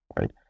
right